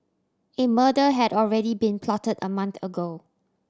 a murder had already been plotted a month ago